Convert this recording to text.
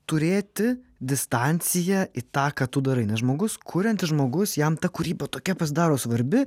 turėti distanciją į tą ką tu darai nes žmogus kuriantis žmogus jam ta kūryba tokia pasidaro svarbi